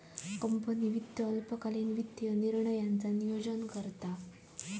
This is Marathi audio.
कंपनी वित्त अल्पकालीन वित्तीय निर्णयांचा नोयोजन करता